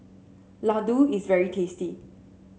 ladoo is very tasty